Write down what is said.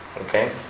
okay